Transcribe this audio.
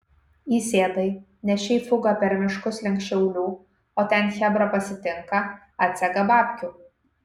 įsėdai nešei fugą per miškus link šiaulių o ten chebra pasitinka atsega babkių